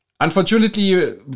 Unfortunately